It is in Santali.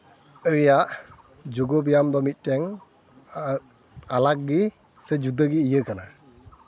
ᱨᱮᱭᱟᱜ ᱡᱳᱜᱚ ᱵᱮᱭᱟᱢ ᱫᱚ ᱢᱤᱫᱴᱮᱱ ᱟᱞᱟᱜᱽ ᱜᱮ ᱥᱮ ᱡᱩᱫᱟᱹ ᱜᱮ ᱤᱭᱟᱹ ᱠᱟᱱᱟ